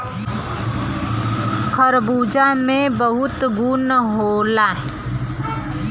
खरबूजा में बहुत गुन होला